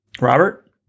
Robert